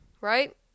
right